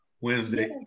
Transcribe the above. Wednesday